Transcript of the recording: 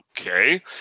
okay